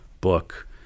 book